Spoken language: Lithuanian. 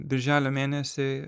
birželio mėnesį